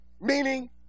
Meaning